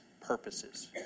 purposes